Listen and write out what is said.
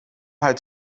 het